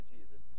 Jesus